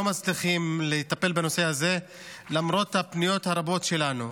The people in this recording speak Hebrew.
מצליחים לטפל בנושא הזה למרות הפניות הרבות שלנו.